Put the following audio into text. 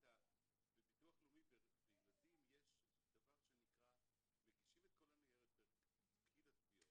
בביטוח לאומי מגישים את כל הניירת דרך פקיד התביעות,